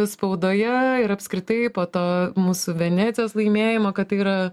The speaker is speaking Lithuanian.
spaudoje ir apskritai po to mūsų venecijos laimėjimo kad tai yra